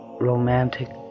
romantic